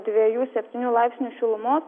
dviejų septynių laipsnių šilumos